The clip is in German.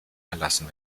erlassen